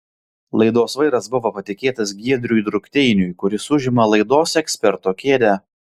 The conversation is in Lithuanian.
laidos vairas buvo patikėtas giedriui drukteiniui kuris užima laidos eksperto kėdę